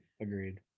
agreed